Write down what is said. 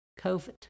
COVID